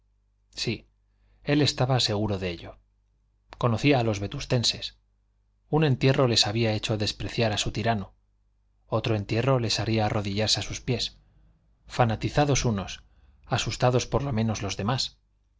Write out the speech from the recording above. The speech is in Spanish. sí él estaba seguro de ello conocía a los vetustenses un entierro les había hecho despreciar a su tirano otro entierro les haría arrodillarse a sus pies fanatizados unos asustados por lo menos los demás